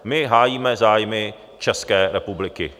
My hájíme zájmy České republiky.